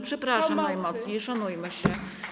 Przepraszam najmocniej, szanujmy się.